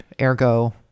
ergo